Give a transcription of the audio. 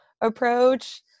approach